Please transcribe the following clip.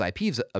IPs